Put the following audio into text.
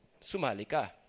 sumalika